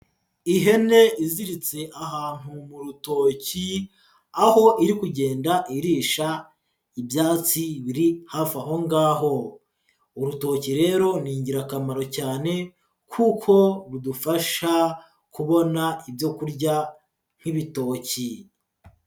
Ihene iziritse ahantu mu rutoki, aho iri kugenda irisha ibyatsi biri hafi aho ngaho; urutoki rero ni ingirakamaro cyane kuko rudufasha kubona ibyo kurya, nk'ibitoki!